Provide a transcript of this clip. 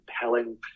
compelling